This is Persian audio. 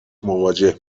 مواجه